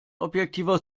objektiver